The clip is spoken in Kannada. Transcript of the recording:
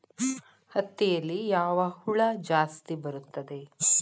ಹತ್ತಿಯಲ್ಲಿ ಯಾವ ಹುಳ ಜಾಸ್ತಿ ಬರುತ್ತದೆ?